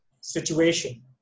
situation